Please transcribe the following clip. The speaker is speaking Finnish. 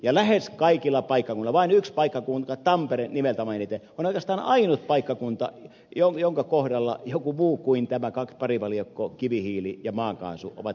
ja näin lähes kaikilla paikkakunnilla vain yksi paikkakunta tampere nimeltä mainiten on oikeastaan ainut paikkakunta jonka kohdalla joku muu kuin tämä parivaljakko kivihiili ja maakaasu ovat keskenään